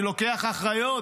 אני לוקח אחריות,